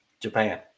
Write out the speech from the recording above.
Japan